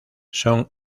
son